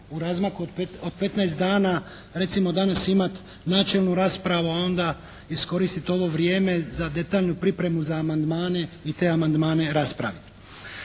u razmaku od 15 dana recimo danas imati načelnu raspravu a onda iskoristiti ovo vrijeme za detaljnu pripremu za amandmane i te amandmane raspraviti.